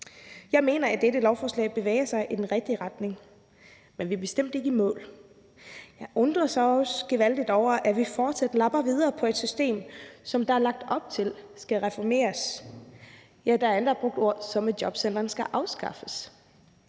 Jeg mener, at dette lovforslag bevæger sig i den rigtige retning, men vi er bestemt ikke i mål. Jeg undrer mig også gevaldigt over, at vi fortsat lapper videre på et system, som der er lagt op til skal reformeres – ja, der er endda brugt formuleringer, som at jobcentrene skal afskaffes.